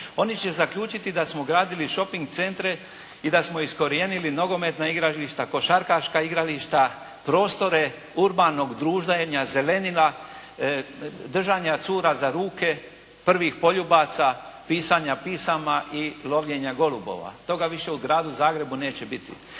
oni će zaključiti da smo gradili šoping centre i da smo iskorijenili nogometna igrališta, košarkaška igrališta, prostore urbanog druženja, zelenila, držanja cure za ruke, prvih poljubaca, pisanja pisama i lovljenja golubova. Toga više u Gradu Zagrebu neće biti.